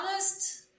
honest